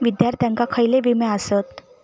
विद्यार्थ्यांका खयले विमे आसत?